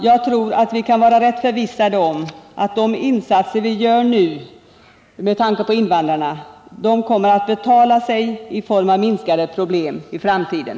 Jag tror att vi kan vara ganska förvissade om att de insatser för invandrarna som vi gör nu kommer att betala sig i form av minskade problem i framtiden.